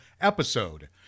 episode